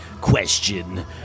question